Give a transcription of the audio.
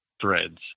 threads